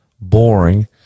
boring